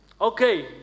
Okay